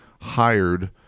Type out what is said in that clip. hired